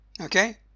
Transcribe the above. okay